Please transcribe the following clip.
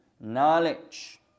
Knowledge